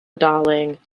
darling